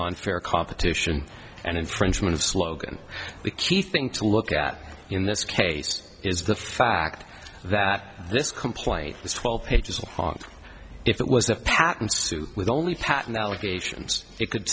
unfair competition and infringement of slogan the key thing to look at in this case is the fact that this complaint is twelve pages long if it was a patent suit with only pattern allegations it could